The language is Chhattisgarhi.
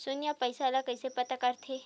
शून्य पईसा ला कइसे पता करथे?